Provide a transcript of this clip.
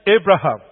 Abraham